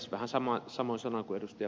vähän samoin sanoin kuin ed